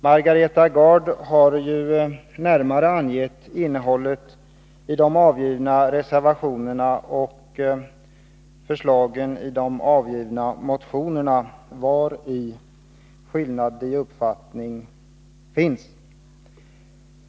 Margareta Gard har ju återgett innehållet i moderaternas reservationer och motionen, av vilka skillnaderna i uppfattning framgår.